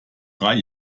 drei